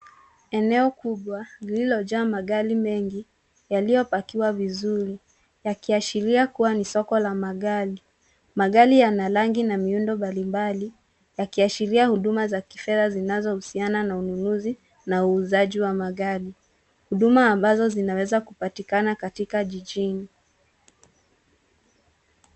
Eneo kubwa lililojaa magari mengi yaliyopakiwa vizuri yakiashiria kuwa ni soko la magari. Magari yana rangi na miundo mbalimbali yakiashiria huduma za kifedha zinazohusiana na ununuzi na uuzaji wa magari. Huduma ambazo zinaweza kupatikana katika jijini.